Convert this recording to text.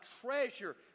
treasure